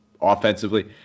offensively